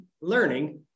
learning